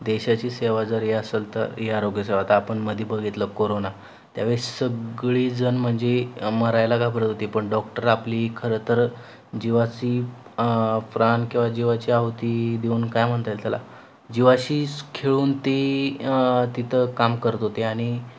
देशाची सेवा जर हे असंल तर हे आरोग्य सेवा तर आपण मध्ये बघितलं कोरोना त्या वेळेस सगळी जण म्हणजे मरायला घाबरत होती पण डॉक्टर आपली खरं तर जिवाची प्राण किंवा जिवाची आहुती देऊन काय म्हणता येईल त्याला जिवाशीच खेळून ती तिथं काम करत होते आणि